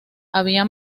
había